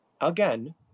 Again